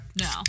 No